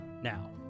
Now